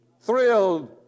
thrilled